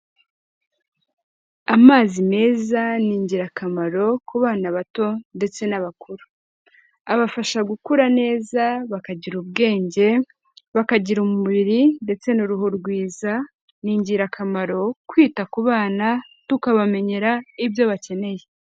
Amazi meza ni ingirakamaro ku bana bato ndetse n'abakuru. Abafasha gukura neza, bakagira ubwenge, bakagira umubiri ndetse n'uruhu rwiza, ni ingirakamaro kwita ku bana tukabamenyera ibyo bakeneye.